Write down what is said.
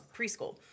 preschool